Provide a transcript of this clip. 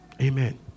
Amen